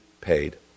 paid